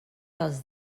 els